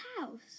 house